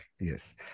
Yes